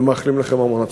ומאחלים לכם המון הצלחה.